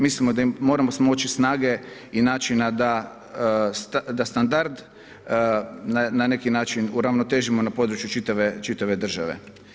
Mislimo da moramo smoći snage i načina da standard na neki način uravnotežimo na području čitave države.